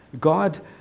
God